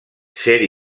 ser